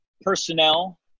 personnel